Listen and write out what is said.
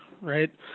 right